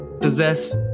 possess